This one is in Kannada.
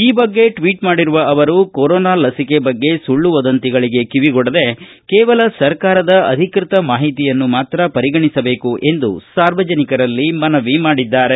ಈ ಬಗ್ಗೆ ಟ್ವೀಟ್ ಮಾಡಿರುವ ಅವರು ಕೊರೊನಾ ಲಸಿಕೆ ಬಗ್ಗೆ ಸುಳ್ನು ವದಂತಿಗಳಿಗೆ ಕಿವಿಗೊಡದೆ ಕೇವಲ ಸರ್ಕಾರದ ಅಧಿಕೃತ ಮಾಹಿತಿಯನ್ನು ಮಾತ್ರ ಪರಿಗಣಿಸಬೇಕು ಎಂದು ಸಾರ್ವಜನಿಕರಲ್ಲಿ ಮನವಿ ಮಾಡಿದ್ದಾರೆ